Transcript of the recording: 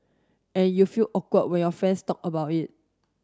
and you feel awkward when your friends talk about it